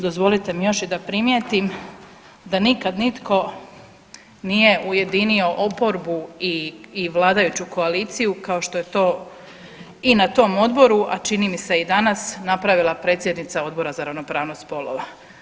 Dozvolite mi još i da primjetim da nikad nitko nije ujedinio oporbu i vladajuću koaliciju kao što je to i na tom odboru, a čini mi se i danas napravila predsjednica Odbora za ravnopravnost spolova.